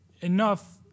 enough